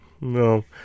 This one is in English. no